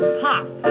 pop